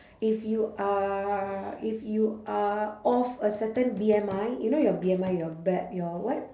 if you are if you are of a certain B_M_I you know your B_M_I your ba~ your what